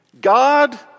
God